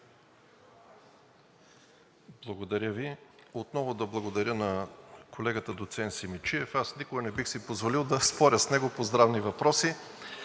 Благодаря Ви. Отново да благодаря на колегата доцент Симидчиев. Аз никога не бих си позволил да споря с него по здравни въпроси,